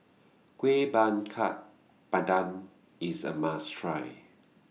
Kueh Bakar Pandan IS A must Try